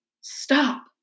Stop